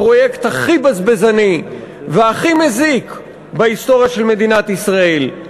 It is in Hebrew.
הפרויקט הכי בזבזני והכי מזיק בהיסטוריה של מדינת ישראל,